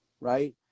right